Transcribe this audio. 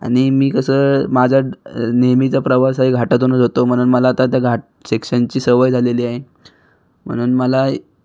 आणि मी कसं माझा नेहमीचा प्रवास आहे घाटातून येतो म्हणून मला त्यात घाट सेक्शनची सवय झालेली आहे म्हणून मला